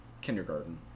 kindergarten